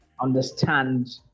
understand